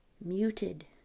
muted